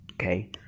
okay